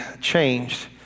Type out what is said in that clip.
changed